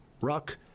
ruck